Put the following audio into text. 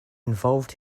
involved